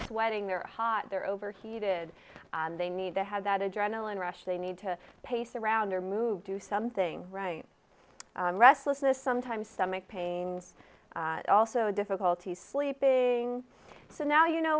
sweating they're hot they're overheated and they need to have that adrenaline rush they need to pace around or move do something right restlessness sometimes stomach pains also difficulty sleeping so now you know